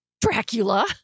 Dracula